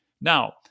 Now